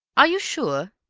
are you sure?